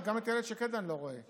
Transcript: גם את איילת שקד אני לא רואה,